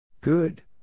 Good